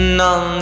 non